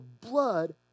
blood